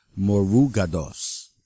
Morugados